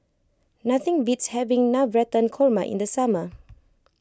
nothing beats having Navratan Korma in the summer